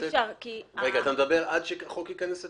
אתה מדבר עד שהחוק ייכנס לתוקף?